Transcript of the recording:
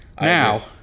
Now-